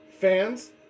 fans